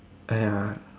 !aiya!